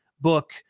book